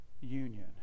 union